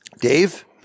Dave